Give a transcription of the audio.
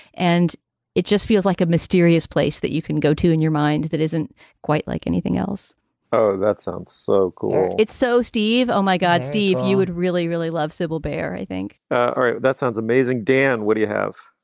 and it just feels like a mysterious place that you can go to in your mind that isn't quite like anything else oh, that sounds so cool it's so steve. oh, my god, steve, you would really, really love civil bear, i think all ah right. that sounds amazing. dan, what do you have?